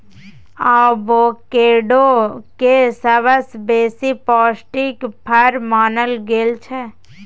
avocado केँ सबसँ बेसी पौष्टिक फर मानल गेल छै